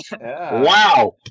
wow